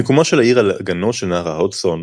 מיקומה של העיר על אגנו של נהר ההדסון,